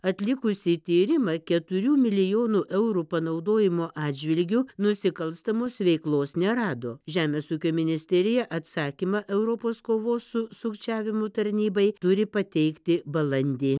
atlikusi tyrimą keturių milijonų eurų panaudojimo atžvilgiu nusikalstamos veiklos nerado žemės ūkio ministerija atsakymą europos kovos su sukčiavimu tarnybai turi pateikti balandį